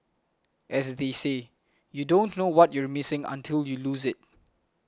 as they say you don't know what you're missing until you lose it